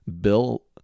Bill